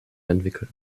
entwickeln